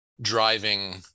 driving